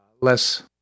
less